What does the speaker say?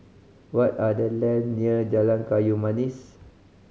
what are the land near Jalan Kayu Manis